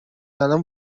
الان